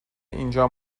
اینجا